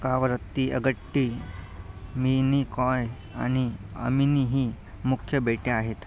कावरत्ती अगट्टी मिनिकॉय आणि अमिनी ही मुख्य बेटे आहेत